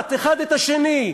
הם שולטים במסחר במדינת ישראל.